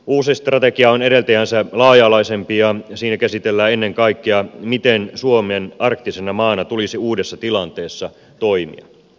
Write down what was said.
uusi strategia on edeltäjäänsä laaja alaisempi ja siinä käsitellään ennen kaikkea miten suomen arktisena maana tulisi uudessa tilanteessa toimia